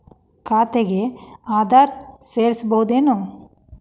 ಖಾತೆಗೆ ಆಧಾರ್ ಸೇರಿಸಬಹುದೇನೂ?